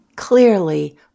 clearly